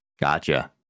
gotcha